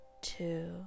two